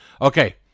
Okay